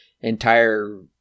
entire